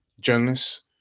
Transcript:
journalists